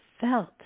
felt